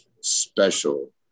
Special